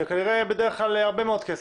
כנראה בדרך כלל מדובר בהרבה מאוד כסף.